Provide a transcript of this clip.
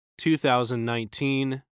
2019